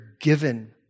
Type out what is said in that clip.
given